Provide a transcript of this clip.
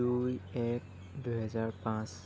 দুই এক দুহেজাৰ পাঁচ